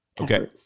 Okay